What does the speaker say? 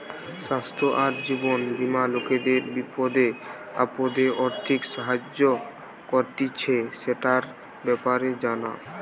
স্বাস্থ্য আর জীবন বীমা লোকদের বিপদে আপদে আর্থিক সাহায্য করতিছে, সেটার ব্যাপারে জানা